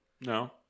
No